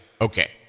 Okay